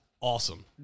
Awesome